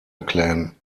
clan